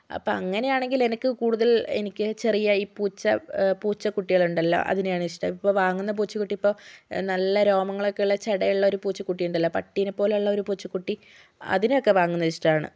അപ്പം അങ്ങനെയാണെങ്കിൽ എനിക്ക് കൂടുതൽ എനിക്ക് ചെറിയ ഈ പൂച്ച പൂച്ചക്കുട്ടികളുണ്ടല്ലോ അതിനെയാണ് ഇഷ്ടം ഇപ്പം വാങ്ങുന്ന പൂച്ചക്കുട്ടി ഇപ്പോൾ നല്ല രോമങ്ങളൊക്കെയുള്ള ജടയുള്ള ഒരു പൂച്ചകുട്ടിയുണ്ടല്ലോ പട്ടിയെ പോലെയുള്ള ഒരു പൂച്ച കുട്ടി അതിനെയൊക്കെ വാങ്ങുന്നത് ഇഷ്ടമാണ്